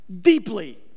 deeply